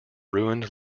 ruined